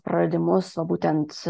praradimus o būtent